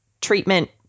treatment